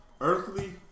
earthly